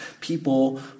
People